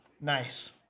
Nice